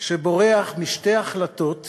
שבורח משתי החלטות מקרו-כלכליות,